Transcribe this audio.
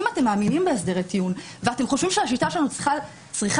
אם אתם מאמינים בהסדרי טיעון ואתם חושבים שהשיטה שלנו צריכה